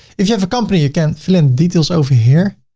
if you have a company, you can fill in details over here.